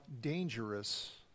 dangerous